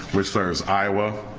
which serves iowa,